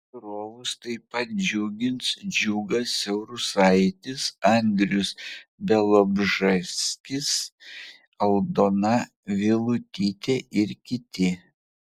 žiūrovus taip pat džiugins džiugas siaurusaitis andrius bialobžeskis aldona vilutytė ir kiti